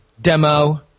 demo